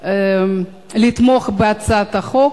לתמוך בהצעת החוק.